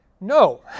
No